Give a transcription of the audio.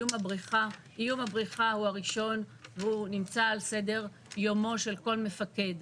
איום הבריחה הוא הראשון והוא נמצא על סדר יומו של כל מפקד.